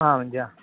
हा मञ्चः